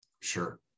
Sure